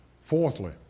Fourthly